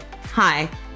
Hi